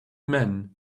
men